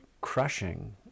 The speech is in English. crushing